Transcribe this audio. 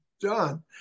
done